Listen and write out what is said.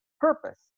purpose